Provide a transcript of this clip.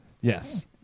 Yes